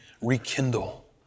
rekindle